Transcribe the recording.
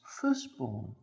firstborn